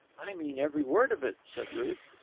i mean every word of it, said ruth.